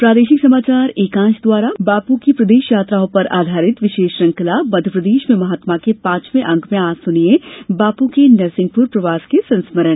प्रादेशिक समाचार एकांश द्वारा बापू की प्रदेश की यात्राओं पर आधारित विशेष श्रृंखला मध्यप्रदेश में महात्मा के पांचवे अंक में आज सुनिये बापू के नरसिंहपुर प्रवास के संस्मरण